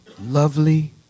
lovely